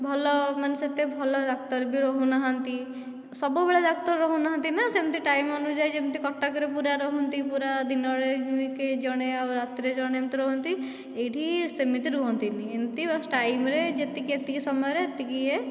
ଭଲ ମାନେ ସେତେ ଭଲ ଡାକ୍ତର ବି ରହୁନାହାନ୍ତି ସବୁ ବେଳେ ଡାକ୍ତର ରହୁନାହାନ୍ତି ନା ସେମିତି ଟାଇମ ଅନୁଯାଇ ଯେମିତି କଟକ ରେ ପୁରା ରହନ୍ତି ପୁରା ଦିନ ରେ ଜଣେ ଆଉ ରାତି ରେ ଜଣେ ଏମିତି ରହନ୍ତି ଏହିଠି ସେମିତି ରୁହନ୍ତି ନି ଏମିତି ବସ ଟାଇମ ରେ ଯେତିକି ସମୟରେ ଏତିକି ୟେ